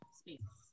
space